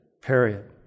Period